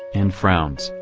and frowns,